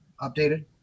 updated